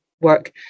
work